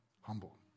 humble